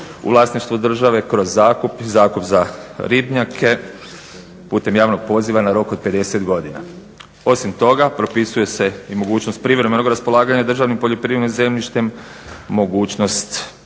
u vlasništvu države kroz zakup i zakup za ribnjake putem javnog poziva na rok od 50 godina. Osim toga propisuje se i mogućnost privremenog raspolaganja državnim poljoprivrednim zemljištem, mogućnost